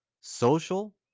social